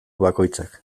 bakoitzak